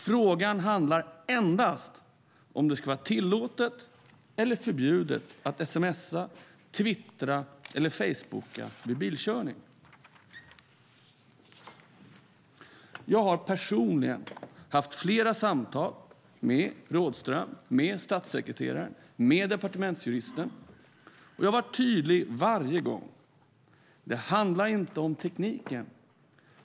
Frågan handlar endast om huruvida det ska vara tillåtet eller förbjudet att sms:a, twittra eller facebooka vid bilkörning. Jag har personligen haft flera samtal med Rådhström, med statssekreterare och med departementsjuristen, och jag har varit tydlig varje gång. Det handlar inte om tekniken.